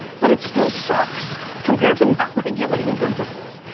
but it still sucks compared to not regulated businesses.